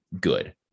good